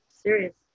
Serious